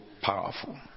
powerful